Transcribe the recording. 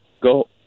go